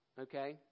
okay